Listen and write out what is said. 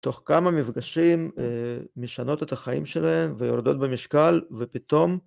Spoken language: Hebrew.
תוך כמה מפגשים משנות את החיים שלהן ויורדות במשקל ופתאום...